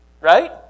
Right